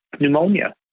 pneumonia